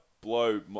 blow